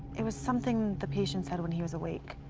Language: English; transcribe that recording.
it was something the patient said when he was awake.